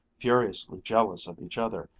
furiously jealous of each other,